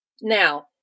now